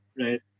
right